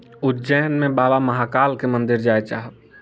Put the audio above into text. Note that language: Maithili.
उज्जैनमे बाबा महाकालके मन्दिर जाय चाहब